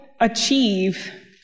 achieve